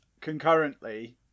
concurrently